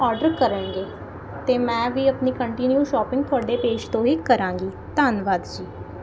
order ਕਰਨਗੇ ਅਤੇ ਮੈਂ ਵੀ ਆਪਣੀ ਕੰਟੀਨਿਊ ਸ਼ੋਪਿੰਗ ਤੁਹਾਡੇ ਪੇਜ ਤੋਂ ਹੀ ਕਰਾਂਗੀ ਧੰਨਵਾਦ ਜੀ